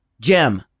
gem